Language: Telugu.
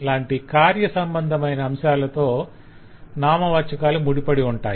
లాంటి కార్య సంబంధమైన అంశాలతో నామవాచకాలు ముడిపడి ఉంటాయి